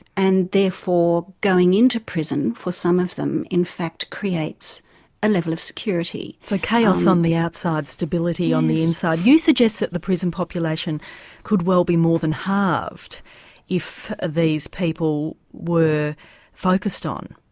and therefore going in to prison for some of them in fact creates a level of security. so chaos on the outside, stability in the inside. you suggest that the prison population could well be more than halved if these people were focused on.